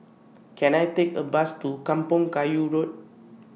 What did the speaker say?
Can I Take A Bus to Kampong Kayu Road